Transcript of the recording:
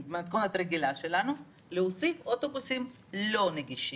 במתכונת הרגילה שלנו, להוסיף אוטובוסים לא נגישים,